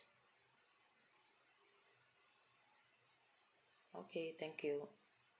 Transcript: okay thank you